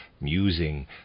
musing